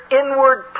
inward